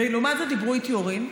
ולעומת זאת, דיברו איתי הורים.